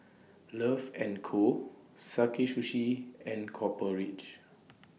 Love and Co Sakae Sushi and Copper Ridge